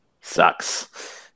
sucks